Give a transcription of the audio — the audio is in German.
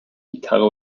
gitarre